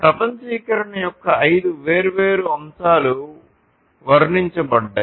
ప్రపంచీకరణ యొక్క ఐదు వేర్వేరు అంశాలు వర్ణించబడ్డాయి